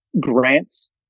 grants